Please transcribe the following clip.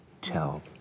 tell